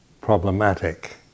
problematic